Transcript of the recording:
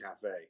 Cafe